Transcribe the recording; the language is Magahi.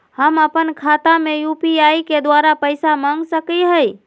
हम अपन खाता में यू.पी.आई के द्वारा पैसा मांग सकई हई?